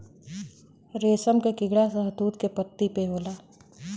रेशम के कीड़ा शहतूत के पत्ती पे होला